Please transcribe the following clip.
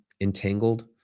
entangled